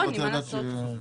מה לעשות?